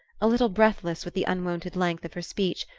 a little breathless with the unwonted length of her speech,